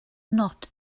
not